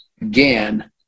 Again